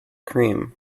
cream